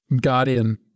Guardian